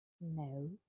No